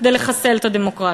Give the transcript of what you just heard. כדי לחסל את הדמוקרטיה.